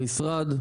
המשרד,